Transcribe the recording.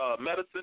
medicine